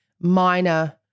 minor